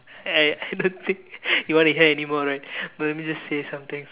I I don't think you want to hear anymore right but let me just say somethings